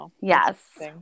Yes